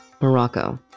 Morocco